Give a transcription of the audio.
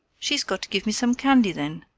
she's got to give me some candy, then,